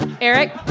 Eric